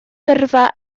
gyrfa